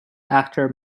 actor